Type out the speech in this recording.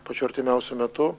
pačiu artimiausiu metu